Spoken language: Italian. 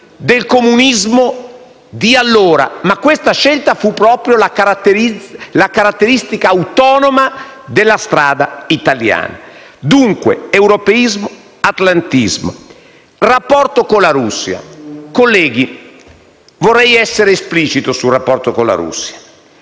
del comunismo di quel tempo. Tuttavia, questa scelta fu proprio la caratteristica autonoma della strada italiana. Dunque, europeismo ed atlantismo. Rapporto con la Russia: colleghi, vorrei essere esplicito sul rapporto con la Russia.